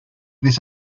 this